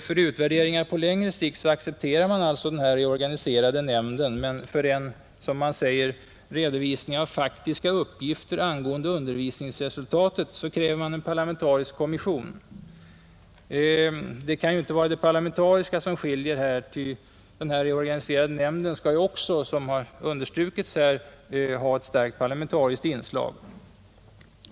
För utvärderingar på längre sikt accepterar man således den reorganiserade nämnden, men för en, som man säger, redovisning av ”faktiska uppgifter angående undervisningsresultatet” kräver man en parlamentarisk kommission, Det kan ju inte vara det parlamentariska som skiljer, ty även den reorganiserade nämnden skall enligt utskottets mening ha ett starkt parlamentariskt inslag.